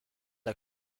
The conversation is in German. der